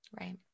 Right